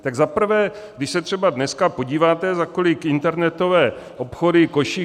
Tak za prvé, když se třeba dneska podíváte, za kolik internetové obchody Košík.